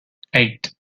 eight